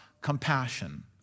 compassion